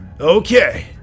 Okay